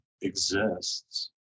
exists